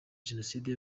jenoside